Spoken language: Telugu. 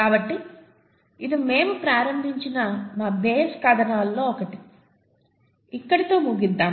కాబట్టి ఇది మేము ప్రారంభించిన మా బేస్ కథనాలలో ఒకటి ఇక్కడితో ముగిద్దాం